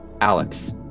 Alex